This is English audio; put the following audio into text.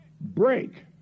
break